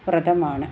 വ്രതമാണ്